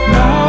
Now